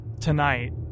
tonight